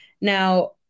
Now